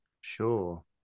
Sure